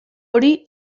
hori